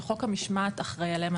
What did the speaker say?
שחוק המשמעת אחראי עליהם.